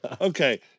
okay